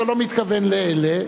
אתה לא מתכוון לאלה,